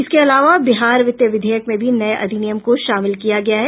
इसके अलावा बिहार वित्त विधेयक में भी नये अधिनियम को शामिल किया गया है